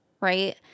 right